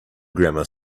grammar